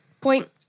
Point